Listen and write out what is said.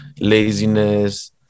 laziness